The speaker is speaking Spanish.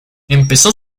empezó